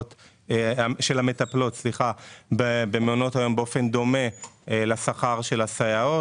המטפלות במעונות היום באופן דומה לשכר של הסייעות.